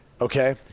Okay